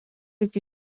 iki